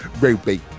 Ruby